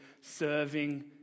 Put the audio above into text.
serving